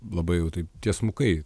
labai jau taip tiesmukai